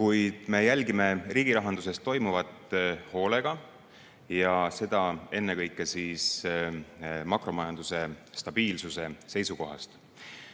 Kuid me jälgime riigi rahanduses toimuvat hoolega ja seda ennekõike makromajanduse stabiilsuse seisukohast. Täna